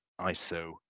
ISO